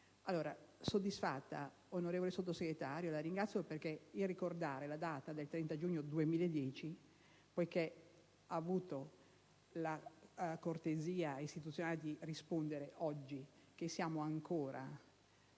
ma così non è. Onorevole Sottosegretario, la ringrazio perché, nel ricordare la data del 30 giugno 2010, ha avuto la cortesia istituzionale di rispondere oggi, che siamo ancora